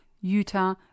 Utah